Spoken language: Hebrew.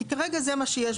כי כרגע זה מה שיש.